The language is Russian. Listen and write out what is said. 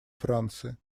франции